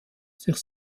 sich